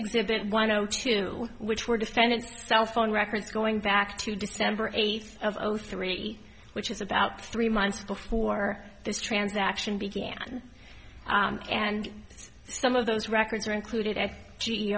exhibit one o two which were defendant's cell phone records going back to december eighth of oh three which is about three months before this transaction began and some of those records are included